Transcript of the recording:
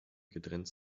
getrennt